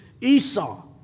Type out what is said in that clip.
Esau